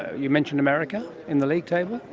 you mentioned america, in the league table?